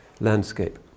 landscape